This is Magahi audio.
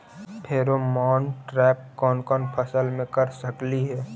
फेरोमोन ट्रैप कोन कोन फसल मे कर सकली हे?